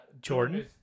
Jordan